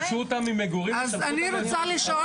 גירשו אותם ממגורים ושלחו אותם לאיזורי מסחר.